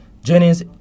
Jennings